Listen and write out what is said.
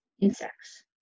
insects